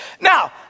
Now